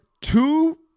two